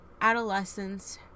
adolescents